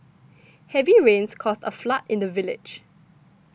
heavy rains caused a flood in the village